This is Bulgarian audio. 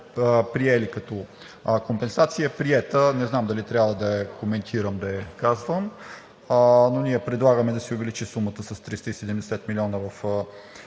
приели като компенсация, е приета, не знам дали трябва да я коментирам. Ние предлагаме да се увеличи сумата с 370 милиона в